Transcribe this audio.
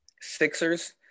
Sixers